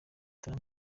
trump